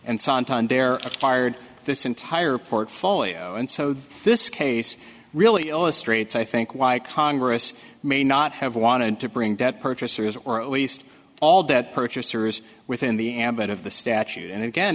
acquired this entire portfolio and so this case really illustrates i think why congress may not have wanted to bring debt purchasers or at least all debt purchasers within the ambit of the statute and again